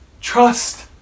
trust